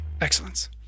Excellence